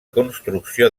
construcció